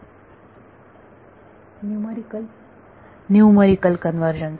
विद्यार्थी numerical numerical convergence